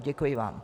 Děkuji vám.